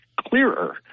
clearer